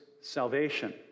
salvation